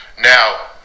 Now